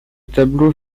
tableau